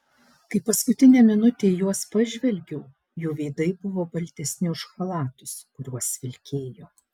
kai paskutinę minutę į juos pažvelgiau jų veidai buvo baltesni už chalatus kuriuos vilkėjo